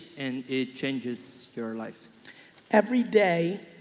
and it changes your life every day.